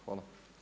Hvala.